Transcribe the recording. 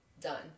done